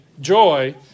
joy